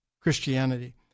Christianity